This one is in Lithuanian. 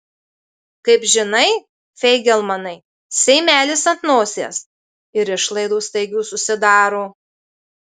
kaip žinai feigelmanai seimelis ant nosies ir išlaidų staigių susidaro